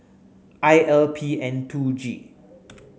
I L P N two G